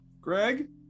Greg